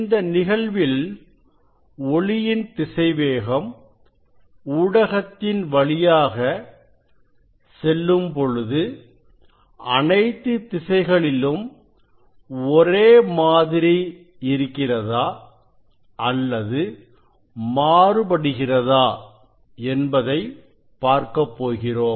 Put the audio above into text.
இந்த நிகழ்வில் ஒளியின் திசைவேகம் ஊடகத்தின் வழியாக செல்லும்பொழுது அனைத்து திசைகளிலும் ஒரே மாதிரி இருக்கிறதா அல்லது மாறுபடுகிறதா என்பதை பார்க்கப் போகிறோம்